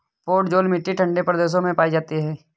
podzol मिट्टी ठंडे प्रदेशों में पाई जाती है